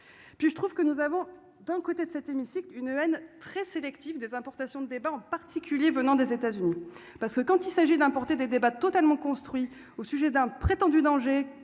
puis je trouve que nous avons d'un côté, cet hémicycle une haine très sélectif des importations de débat en particulier venant des États-Unis, parce que quand il s'agit d'importer des débats totalement construit au sujet d'un prétendu danger